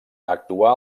actuà